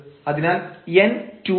അതിനാൽ n2 ആണ്